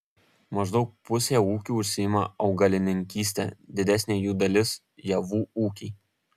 maždaug pusė ūkių užsiima augalininkyste didesnė jų dalis javų ūkiai